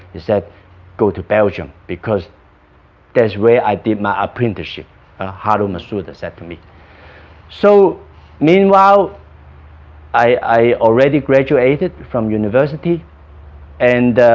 he said go to belgium because that's where i did my apprenticeship haruo masuda said to me so meanwhile i already graduated from university and